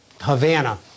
Havana